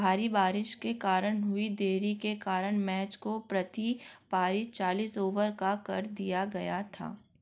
भारी बारिश के कारण हुई देरी के कारण मैच को प्रति पारी चालीस ओवर का कर दिया गया था